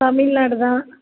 தமிழ்நாடு தான்